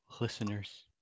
listeners